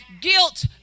guilt